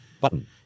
button